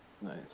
Nice